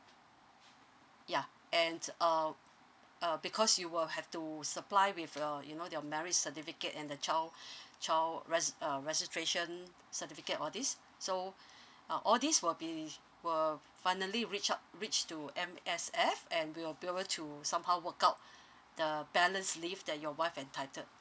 yeah and um uh because you will have to supply with your you know your marriage certificate and the child child res~ uh registration certificate all these so uh all these will be will finally reach out reach to M_S_F and we'll be able to somehow work out the balance leave that your wife entitled